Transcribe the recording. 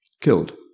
killed